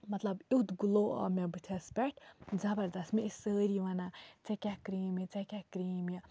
مطلب ایُتھ گٕلو آو مےٚ بٕتھِس پٮ۪ٹھ زَبردَس مےٚ ٲسۍ سٲری وَنان ژےٚ کیٛاہ کریم یہِ ژےٚ کیٛاہ کریم یہِ